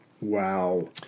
Wow